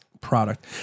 product